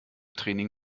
training